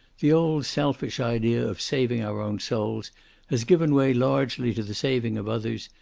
the old selfish idea of saving our own souls has given way largely to the saving of others,